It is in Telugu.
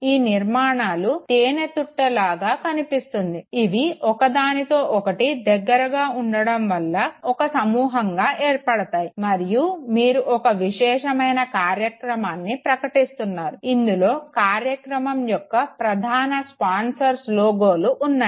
ఈ నిర్మాణాలు తేనెతుట్టె లాగా కనిపిస్తుంది ఇవి ఒకదానితో ఒకటి దగ్గరగా ఉండడం వల్ల ఒక సమూహంగా ఏర్పడతాయి మరియు మీరు ఒక విశేషమైన కార్యక్రమాన్ని ప్రకటిస్తున్నారు ఇందులో కార్యక్రమం యొక్క ప్రధాన స్పోంసర్స్ లోగోలు ఉన్నాయి